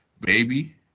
baby